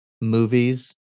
movies